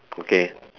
okay